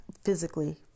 physically